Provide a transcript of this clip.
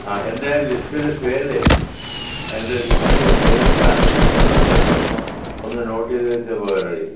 ആ എൻ്റെ ആ ലിസ്റ്റിൽ പേരേ എൻ്റെ ലിസ്റ്റിലെ പേര് ഫ്രാൻസിസ് എന്നാണ് കേട്ടോ ഒന്ന് നോട്ട് ചെയ്താൽ ഉപകാരമായി